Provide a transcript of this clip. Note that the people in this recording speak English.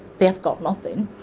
they've got nothing.